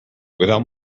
without